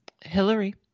Hillary